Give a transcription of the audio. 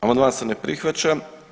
Amandman se ne prihvaća.